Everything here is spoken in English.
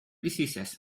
diseases